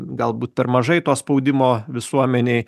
galbūt per mažai to spaudimo visuomenei